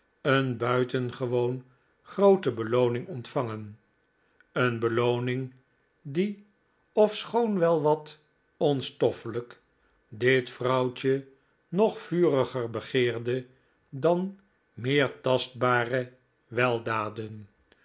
een buitengewoon groote belooning ontvangen een p belooning die ofschoon wel wat onstoffelijk dit vrouwtje nog vuriger begeerde p p dan meer tastbare weldaden